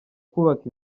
kubakwa